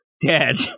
dead